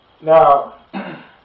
Now